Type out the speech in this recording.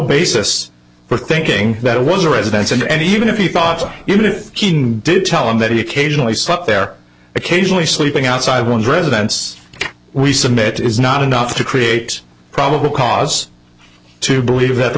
basis for thinking that it was a residence and even if he thought even if he did tell him that he occasionally stop there occasionally sleeping outside one's residence we submit is not enough to create probable cause to believe that the